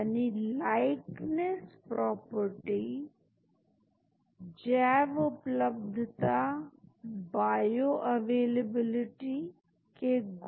तो ZINC Pharmer और Pharmagist और पाई मॉल को मिलाकर हम किसी मॉलिक्यूल के लिए फार्मकोफोर को खोजने का काम बहुत ही बढ़िया तरीके से कर सकते हैं और हम उन संरचनात्मक विशेषताओं वाले मॉलिक्यूल को भी जिंक डेटाबेस में देख सकते हैं